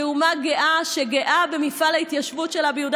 כאומה גאה שגאה במפעל ההתיישבות שלה ביהודה